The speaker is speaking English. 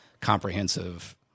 comprehensive